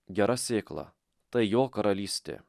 gera sėkla ta jo karalystė